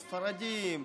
ספרדים,